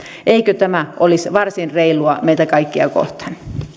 eikö tämä olisi varsin reilua meitä kaikkia kohtaan